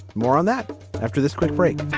more on that after this quick break